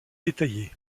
détaillé